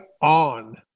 on